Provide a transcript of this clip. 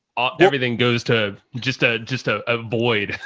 ah and everything goes to just a, just ah a void.